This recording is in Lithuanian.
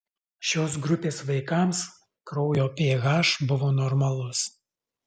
šios grupės vaikams kraujo ph buvo normalus